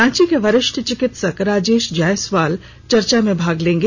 रांची के वरिष्ठ चिकित्सक राजेश जायसवाल चर्चा में भाग लेंगे